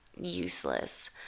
useless